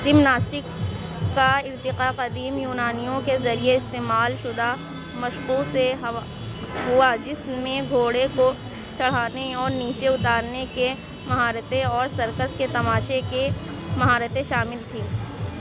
gymnastic کا ارتقا قدیم یونانیوں کے ذریعہ استعمال شدہ مشقوں سے ہوا جس میں گھوڑے کو چڑھانے اور نیچے اتارنے کے مہارتیں اور سرکس کے تماشے کی مہارتیں شامل تھیں